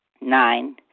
Nine